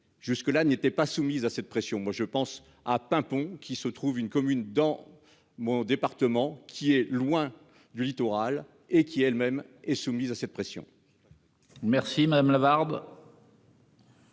jusque là n'étaient pas soumis à cette pression. Moi je pense ah pimpon qui se trouve une commune dans mon département qui est loin du littoral et qui elle-même est soumise à cette pression.